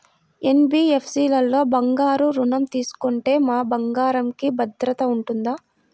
NBFC లలో బంగారు ఋణం తీసుకుంటే మా బంగారంకి భద్రత ఉంటుందా?